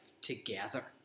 together